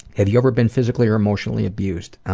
have you ever been physically or emotionally abused?